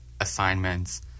assignments